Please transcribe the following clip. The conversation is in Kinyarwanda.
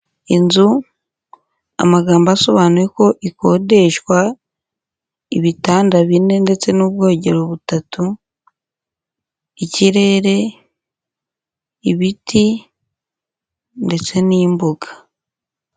Inzu, amagambo asobanuye ko ikodeshwa, ibitanda bine ndetse n'ubwogero butatu, ikirere, ibiti ndetse n'imbuga.